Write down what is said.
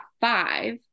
five